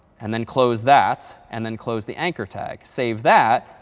and then close that. and then close the anchor tag. save that,